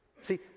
See